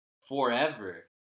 forever